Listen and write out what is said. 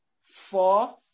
Four